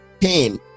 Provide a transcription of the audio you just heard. pain